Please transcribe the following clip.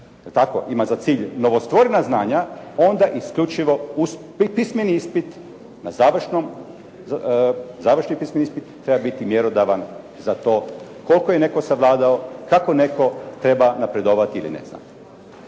ima za cilj novostvorena znanja onda isključivo uz pismeni ispit, završni pismeni ispit treba biti mjerodavan za to koliko je netko savladao, kako netko treba napredovati ili ne znam.